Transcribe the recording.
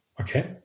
Okay